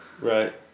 Right